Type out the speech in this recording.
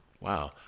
Wow